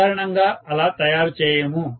సాధారణంగా అలా తయారు చేయము